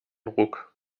ruck